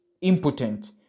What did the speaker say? impotent